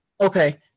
okay